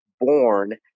born